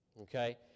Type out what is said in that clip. okay